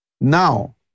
Now